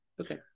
Okay